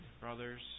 brothers